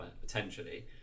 potentially